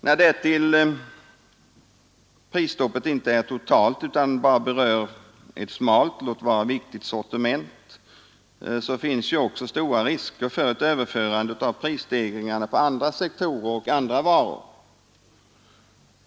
När därtill prisstoppet inte är totalt utan bara berör ett smalt — låt vara viktigt — sortiment finns stora risker för ett överförande av prisstegringarna på andra sektorer och varor.